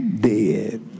dead